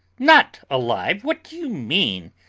not alive! what do you mean?